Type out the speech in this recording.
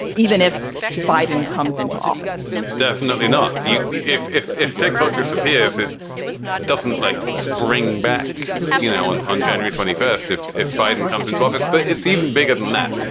even if biden comes into office definitely not. yeah if if tick tock disappears, it doesn't like spring back you know and on january twenty. first, if if biden comes into office, but it's even bigger than that.